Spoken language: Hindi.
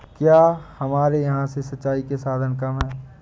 क्या हमारे यहाँ से सिंचाई के साधन कम है?